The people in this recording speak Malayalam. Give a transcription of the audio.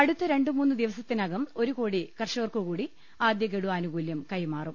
അടുത്ത രണ്ടുമൂന്ന് ദിവസത്തിനകം ഒരു കോടി കർഷകർക്കുകൂടി ആദൃഗഡു ആനുകൂല്യം കൈമാറും